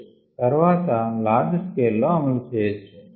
తర్వాత large scale లో అమలుచేయవచ్చు